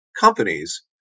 companies